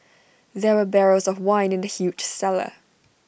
there were barrels of wine in the huge cellar